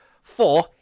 Four